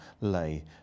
lay